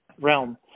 realm